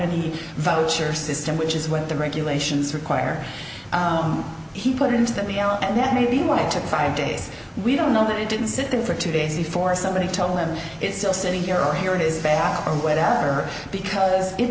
any voucher system which is what the regulations require he put into that mi l and that may be why it took five days we don't know that he didn't sit there for two days before somebody tell him it's still sitting there are here it is bad or whatever because it